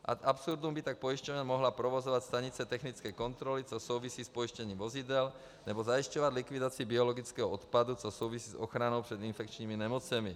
Ad absurdum by tak pojišťovna mohla provozovat stanice technické kontroly, což souvisí s pojištěním vozidel, nebo zajišťovat likvidaci biologického odpadu, což souvisí s ochranou před infekčními nemocemi.